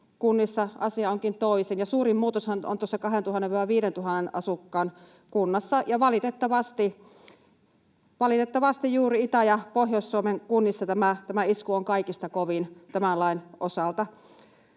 kunnissa asia onkin toisin, ja suurin muutoshan on noissa 2 000—5 000 asukkaan kunnissa. Valitettavasti juuri Itä- ja Pohjois-Suomen kunnissa tämä isku on kaikista kovin tämän lain osalta.